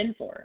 Infor